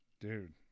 dude